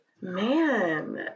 Man